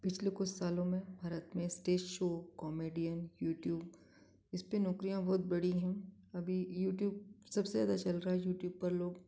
पिछले कुछ सालों में भारत में स्टेज़ शो कॉमिडीयन यूट्यूब इस पर नौकरियाँ बहुत बढ़ी हैं अभी यूट्यूब सबसे ज़्यादा चल रहा है यूट्यूब पर लोग